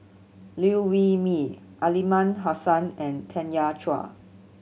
Liew Wee Mee Aliman Hassan and Tanya Chua